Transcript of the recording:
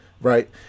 right